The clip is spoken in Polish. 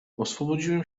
oswobodziłem